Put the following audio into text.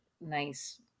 nice